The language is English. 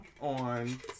on